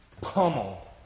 pummel